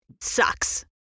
sucks